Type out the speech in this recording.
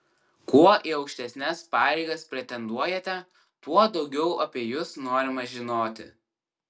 kuo į aukštesnes pareigas pretenduojate tuo daugiau apie jus norima žinoti